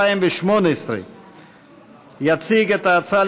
התשע"ט 2018. תציג את ההצעה,